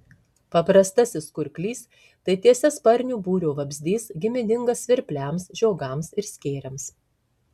paprastasis kurklys tai tiesiasparnių būrio vabzdys giminingas svirpliams žiogams ir skėriams